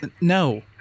No